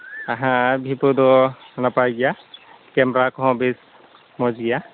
ᱦᱮᱸ ᱵᱷᱤᱵᱳ ᱫᱚ ᱱᱟᱯᱟᱭ ᱜᱮᱭᱟ ᱠᱮᱢᱨᱟ ᱠᱚᱦᱚᱸ ᱵᱮᱥ ᱢᱚᱡᱽ ᱜᱮᱭᱟ